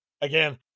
again